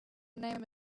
name